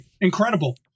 Incredible